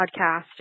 podcast